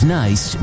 nice